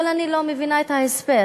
אבל אני לא מבינה את ההסבר,